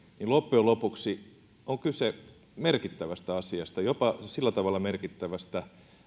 niin loppujen lopuksi on kyse merkittävästä asiasta jopa sillä tavalla merkittävästä